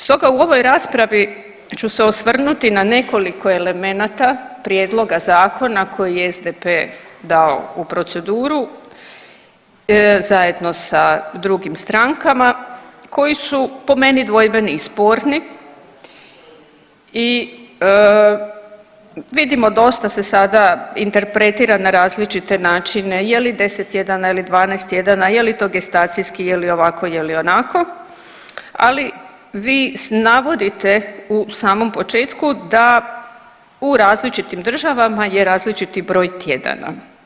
Stoga u ovoj raspravi ću se osvrnuti na nekoliko elemenata, prijedloga zakona koji je SDP dao u proceduru zajedno sa drugim strankama koji su po meni dvojbeni i sporni i vidimo, dosta se sada interpretira na različite načine, je li 10 tjedana, je li 12 tjedana, je li to gestacijski, je li ovako, je li onako, ali vi navodite u samom početku da u različitim državama je različiti broj tjedana.